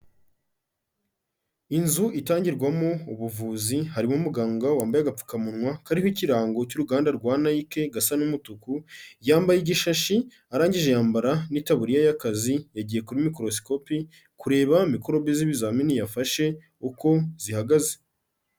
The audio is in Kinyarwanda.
Inzu itangirwamo ubuvuzi, harimo umuganga wambaye agapfukamunwa kariho ikirango cy'uruganda rwa Nike gasa n'umutuku, yambaye igishashi arangije yambara n'ikaburiya y'akazi, yagiye ku mikorosikopi kureba mikorobi z'ibizamini yafashe uko zihagaze.